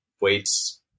weights